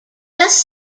best